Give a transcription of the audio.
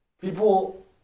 People